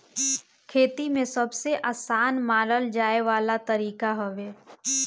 खेती में सबसे आसान मानल जाए वाला तरीका हवे